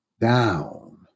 down